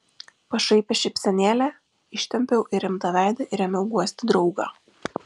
pašaipią šypsenėlę ištempiau į rimtą veidą ir ėmiau guosti draugą